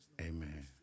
Amen